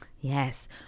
Yes